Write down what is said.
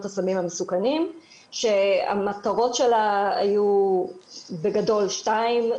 הסמים המסוכנים שהמטרות שלה היו בגדול שתיים,